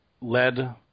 led